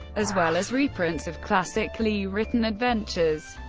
as well as reprints of classic lee-written adventures.